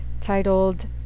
titled